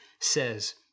says